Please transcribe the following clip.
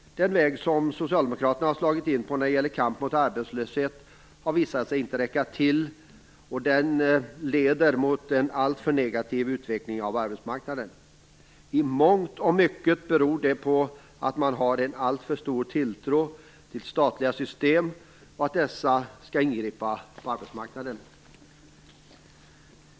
Den väg som Socialdemokraterna har slagit in på i kampen mot arbetslösheten har visat sig inte räcka till, och den leder mot en alltför negativ utveckling av arbetsmarknaden. I mångt och mycket beror det på att man har en alltför stor tilltro till statliga system och att dessa skall ingripa på arbetsmarknaden.